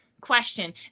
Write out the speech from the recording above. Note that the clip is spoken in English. question